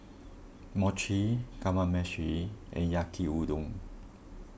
Mochi Kamameshi and Yaki Udon